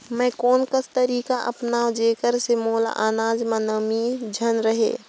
मैं कोन कस तरीका अपनाओं जेकर से मोर अनाज म नमी झन रहे?